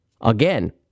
again